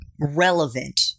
relevant